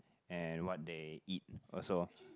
and what they eat also